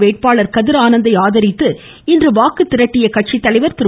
வேட்பாளர் கதிர் ஆனந்தை ஆதரித்து இன்று வாக்கு திரட்டிய கட்சித்தலைவர் திரு